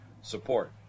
support